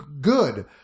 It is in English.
good